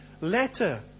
letter